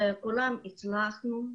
וכולנו הצלחנו.